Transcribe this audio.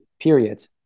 period